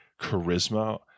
charisma